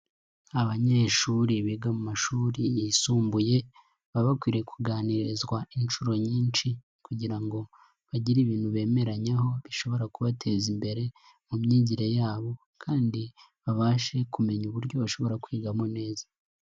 Abanyeshuri biga mu mashuri yisumbuye, baba bakwiriye kuganirizwa inshuro nyinshi, kugira ngo, bagire ibintu bemeranyaho bishobora kubateza imbere, mu myigire yabo, kandi, babashe kumenya uburyo bashobora kwigamo neza.